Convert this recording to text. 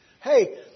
Hey